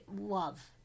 love